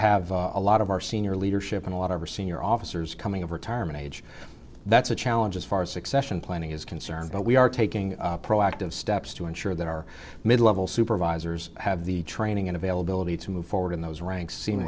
have a lot of our senior leadership and a lot of are senior officers coming of retirement age that's a challenge as far as succession planning is concerned but we are taking proactive steps to ensure that our mid level supervisors have the training and availability to move forward in those ranks se